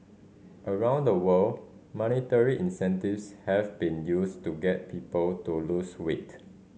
around the world monetary incentives have been used to get people to lose weight